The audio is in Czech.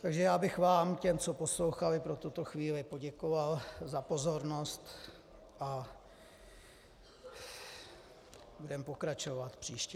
Takže já bych vám těm, co poslouchali pro tuto chvíli poděkoval za pozornost a budeme pokračovat příště.